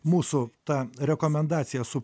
mūsų ta rekomendacija su